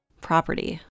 Property